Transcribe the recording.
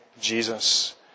Jesus